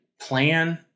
plan